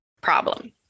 problem